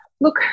Look